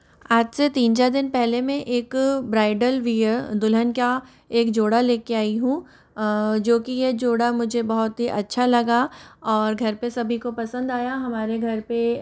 आज से तीन चार दिन पहले मैं एक ब्राइडल वियर दुल्हन का एक जोड़ा लेके आई हूँ जो कि यह जोड़ा मुझे बहुत ही अच्छा लगा और घर पे सभी को पसंद आया हमारे घर पे